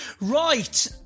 Right